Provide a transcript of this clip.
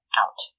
out